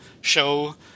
show